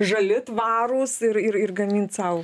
žali tvarūs ir ir ir gamint sau